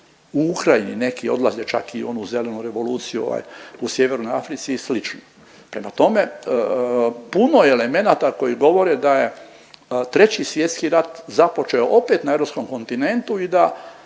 u Ukrajini neki odlaze čak i u onu zelenu revoluciju u Sjevernoj Africi i slično. Prema tome, puno je elemenata koji govore da je treći svjetski rat započeo opet na europskom kontinentu i da